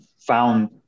found